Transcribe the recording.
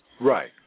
Right